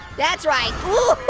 that's right, ooh,